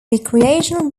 recreational